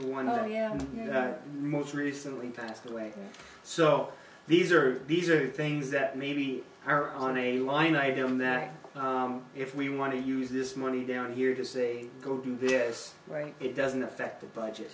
one i am most recently passed away so these are these are things that maybe are on a line item that if we want to use this money down here to say go do this right it doesn't affect the budget